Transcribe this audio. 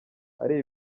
ari